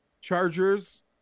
Chargers